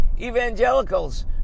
evangelicals